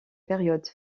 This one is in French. période